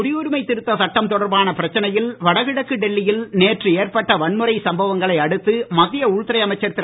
குடியுரிமை திருத்தச் சட்டம் தொடர்பான பிரச்னையில் வடகிழக்கு டெல்லியில் நேற்று ஏற்பட்ட வன்முறைச் சம்பவங்களை அடுத்து மத்திய உள்துறை அமைச்சர் திரு